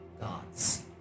God's